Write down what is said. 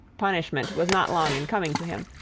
punishment was not long in coming to him,